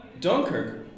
Dunkirk